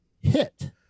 hit